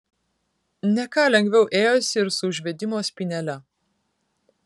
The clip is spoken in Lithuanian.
ne ką lengviau ėjosi ir su užvedimo spynele